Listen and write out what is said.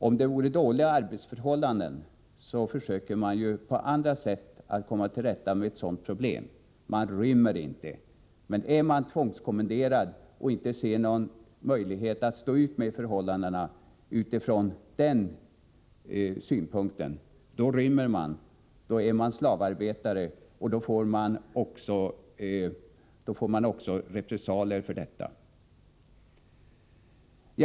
Om det vore fråga om dåliga arbetsförhållanden skulle man försöka komma till rätta med det problemet på annat sätt — man rymmer inte. Om man är tvångskommenderad och inte ser någon möjlighet att stå ut med förhållandena, då rymmer man. Då är man slavarbetare, och man utsätts också för repressalier för att man rymmer.